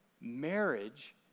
Marriage